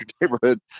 neighborhood